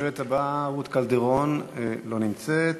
השואלת הבאה, רות קלדרון, לא נמצאת.